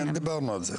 דיברנו על זה.